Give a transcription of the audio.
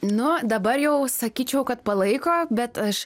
nu dabar jau sakyčiau kad palaiko bet aš